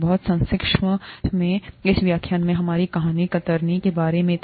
बहुत संक्षेप में इस व्याख्यान में हमारी कहानी कतरनी के बारे में थी